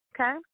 okay